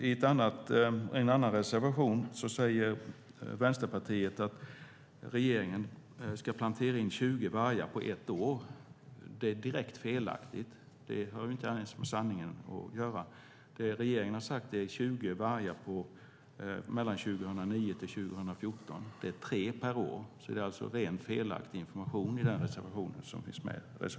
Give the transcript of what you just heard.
I en annan reservation säger Vänsterpartiet att regeringen ska plantera in 20 vargar på ett år. Det är direkt felaktigt. Det har inte ens med sanningen att göra. Det som regeringen har sagt är att man ska plantera in 20 vargar 2009-2014. Det är tre per år. Det är alltså felaktig information i reservation 3.